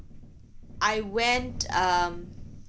I went um